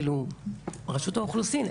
רשות האוכלוסין.